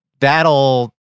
that'll